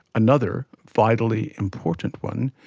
another, vitally important one,